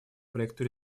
проекту